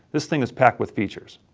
this thing is packed with features.